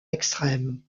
extrême